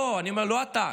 לא, לא אתה.